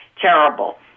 Terrible